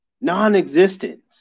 non-existent